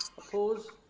opposed?